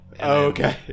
okay